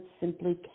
simply